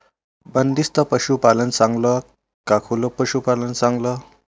बंदिस्त पशूपालन चांगलं का खुलं पशूपालन चांगलं?